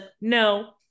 no